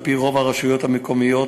על-פי רוב הרשויות המקומיות